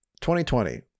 2020